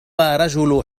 رجل